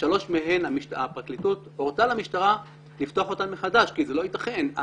ובשלוש מהן הפרקליטות הורתה למשטרה לפתוח מחדש כי לא יתכן.